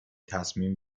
تصمیم